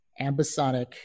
ambisonic